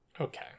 okay